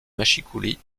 mâchicoulis